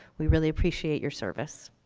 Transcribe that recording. we really appreciate your service.